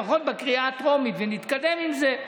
לפחות בקריאה הטרומית ונתקדם עם זה,